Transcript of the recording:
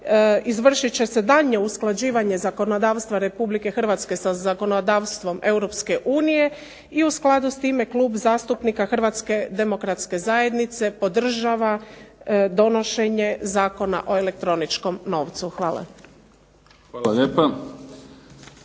izvršiti će se i daljnje usklađivanje zakonodavstva Republike Hrvatske sa zakonodavstvom Europske unije i u skladu s time Klub zastupnika Hrvatske demokratske zajednice podržava donošenje Zakona o elektroničkom novcu. Hvala. **Mimica,